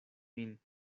min